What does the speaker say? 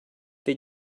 they